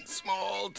small